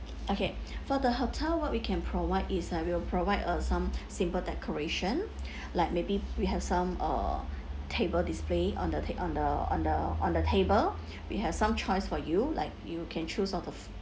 okay for the hotel what we can provide is I will provide uh some simple decoration like maybe we have some uh table display on the ta~ on the on the on the table we have some choice for you like you can choose all the f~